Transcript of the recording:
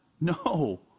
No